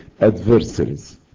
adversaries